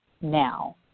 now